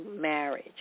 marriage